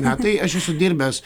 metai aš esu dirbęs